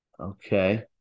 Okay